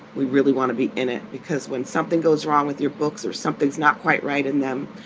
we really want to be in it. because when something goes wrong with your books or something's not quite right in them,